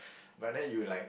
but then you like